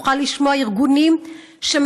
החמאס.